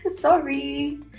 sorry